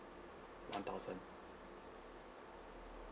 one thousand